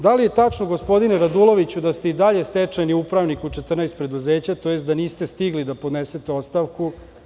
Da li je tačno, gospodine Raduloviću, da ste i dalje stečajni upravnik u 14 preduzeća, tj. da niste stigli da podnesete ostavku?